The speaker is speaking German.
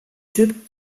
typ